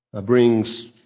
brings